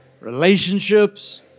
relationships